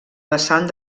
vessant